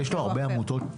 התינוקות האלה,